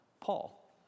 Paul